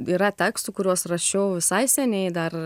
yra tekstų kuriuos rašiau visai seniai dar